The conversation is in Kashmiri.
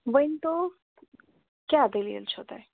ؤنۍتو کیٛاہ دٔلیٖل چھو تۄہہِ